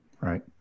Right